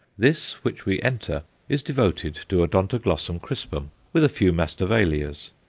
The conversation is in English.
this which we enter is devoted to odontoglossum crispum, with a few masdevallias.